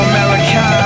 America